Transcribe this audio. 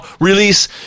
release